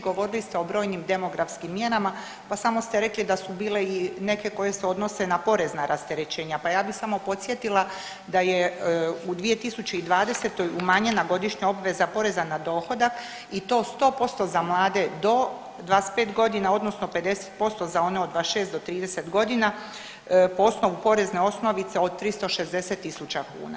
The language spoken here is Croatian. Govorili ste o brojnim demografskim mjerama pa samo ste rekli da su bile i neke koje se odnose na porezna rasterećenja pa ja bih samo podsjetila da je u 2020. umanjena godišnja obveza poreza na dohodak i to 100% za mlade do 25 godina, odnosno 50% za one od 26 do 30 godina po osnovu porezne osnovice od 360 tisuća kuna.